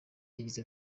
yagize